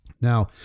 Now